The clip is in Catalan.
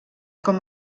com